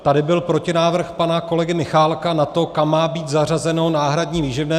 Tady byl protinávrh pana kolegy Michálka na to, kam má být zařazeno náhradní výživné.